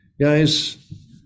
Guys